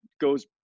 goes